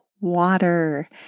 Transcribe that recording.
water